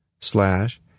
slash